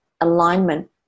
alignment